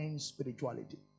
spirituality